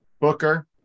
Booker